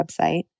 website